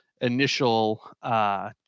initial